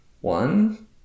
One